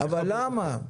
אבל למה?